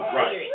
right